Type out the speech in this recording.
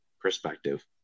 perspective